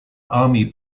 army